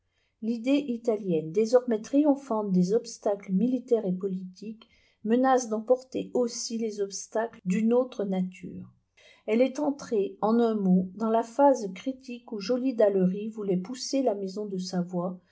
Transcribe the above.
l'idée italienne désormais triomphante des obstacles militaires et politiques menace d'emporter aussi les obstacles d'une autre nature elle est entrée en un mot dans la phase critique où joly d'allery voulait pousser la maison de savoie